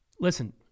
Listen